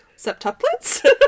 septuplets